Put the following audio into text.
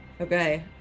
Okay